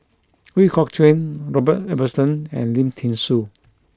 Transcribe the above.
Ooi Kok Chuen Robert Ibbetson and Lim Thean Soo